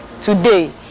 Today